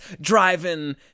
driving